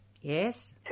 Yes